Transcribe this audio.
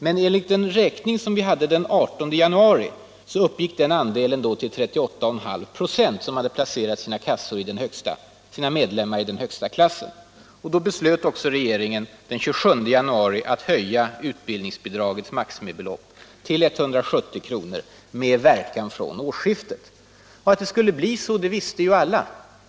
Men enligt den räkning som vi genomfört den 18 januari hade arbets Att det skulle bli så visste alla.